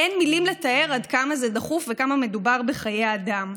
אין מילים לתאר עד כמה זה דחוף וכמה מדובר בחיי אדם.